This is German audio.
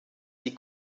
die